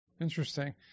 Interesting